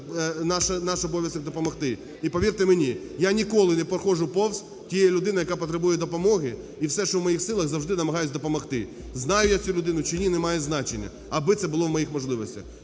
наш обов'язок – допомогти. І повірте мені, я ніколи не проходжу повз тієї людини, яка потребує допомоги, і все що в моїх силах, завжди намагаюся допомогти. Знаю я цю людину чи ні – немає значення, аби це було в моїх можливостях.